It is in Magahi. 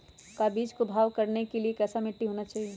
का बीज को भाव करने के लिए कैसा मिट्टी होना चाहिए?